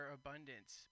abundance